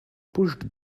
pushed